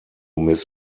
miss